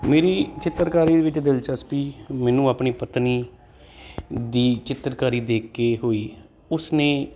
ਮੇਰੀ ਚਿੱਤਰਕਾਰੀ ਵਿੱਚ ਦਿਲਚਸਪੀ ਮੈਨੂੰ ਆਪਣੀ ਪਤਨੀ ਦੀ ਚਿੱਤਰਕਾਰੀ ਦੇਖ ਕੇ ਹੋਈ ਉਸਨੇ